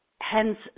hence